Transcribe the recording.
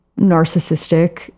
narcissistic